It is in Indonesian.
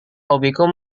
hobiku